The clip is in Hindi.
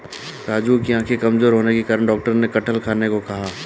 राजू की आंखें कमजोर होने के कारण डॉक्टर ने कटहल खाने को कहा